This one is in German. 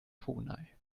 brunei